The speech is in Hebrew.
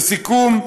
לסיכום,